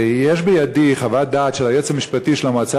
יש בידי חוות דעת של היועץ המשפטי של המועצה